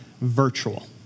virtual